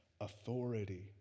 authority